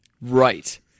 Right